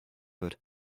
wird